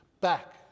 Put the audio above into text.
back